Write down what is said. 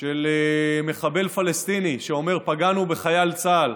של מחבל פלסטיני שאומר: פגענו בחייל צה"ל,